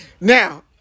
Now